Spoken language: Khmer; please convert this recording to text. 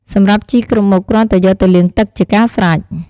សម្រាប់់ជីគ្រប់មុខ គ្រាន់តែយកទៅលាងទឹកជាការស្រេច។